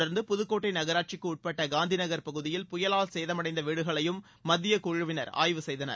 தொடர்ந்து புதுக்கோட்டை நகராட்சிக்கு உட்பட்ட காந்திநகர் பகுதியில் புயலால் சேதமடைந்த வீடுகளையும் மத்தியக் குழுவினர் ஆய்வு செய்தனர்